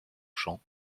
chant